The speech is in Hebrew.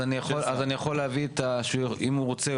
אם הוא רוצה,